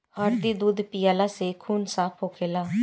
हरदी दूध पियला से खून साफ़ होखेला